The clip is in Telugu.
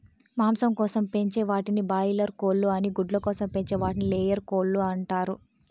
మాంసం కోసం పెంచే వాటిని బాయిలార్ కోళ్ళు అని గుడ్ల కోసం పెంచే వాటిని లేయర్ కోళ్ళు అంటారు